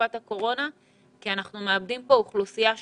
בתקופת הקורונה כי אנחנו מאבדים פה אוכלוסייה שלמה.